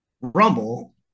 rumble